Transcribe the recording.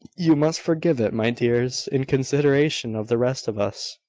you must forgive it, my dears, in consideration of the rest of us.